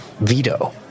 veto